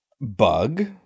Bug